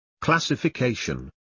classification